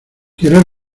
quieres